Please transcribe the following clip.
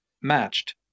matched